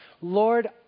Lord